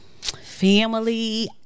Family